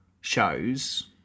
shows